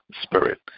Spirit